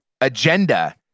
agenda